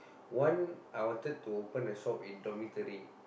one I wanted to open a shop in dormitory